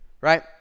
right